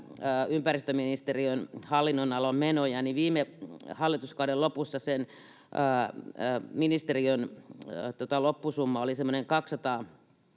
ympäristöministeriön hallinnon-alan menoja, ja viime hallituskauden lopussa sen ministeriön loppusumma oli semmoinen 200